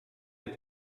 est